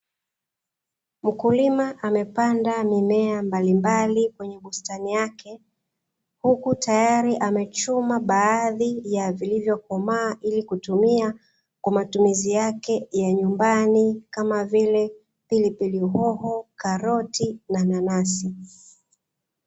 Mkulima amepanda mimea ya aina mbalimbali kwenye bustani yake, huku tayari amechuma vilivyo komaa ili kutumia kwa matumizi yake ya nyumbani kama vile, pilipili hoho, karoti na nanasi.